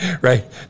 right